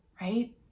right